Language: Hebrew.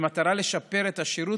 במטרה לשפר את השירות,